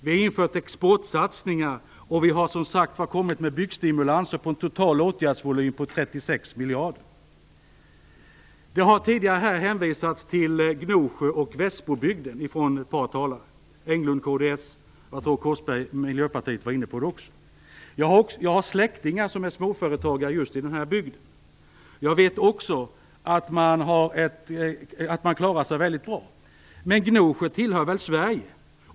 Vi har infört exportsatsningar, och vi har som sagt var kommit med byggstimulanser på en total åtgärdsvolym på 36 miljarder. Ett par tidigare talare har här hänvisat till Gnosjö och Västbobygden. Det var Hägglund från kds, och jag tror att Korsberg från Miljöpartiet också var inne på det. Jag har släktingar som är småföretagare just i den här bygden. Jag vet också att man klarar sig väldigt bra. Men Gnosjö tillhör väl Sverige?